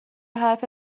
حرف